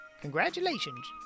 congratulations